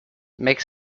make